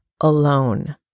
alone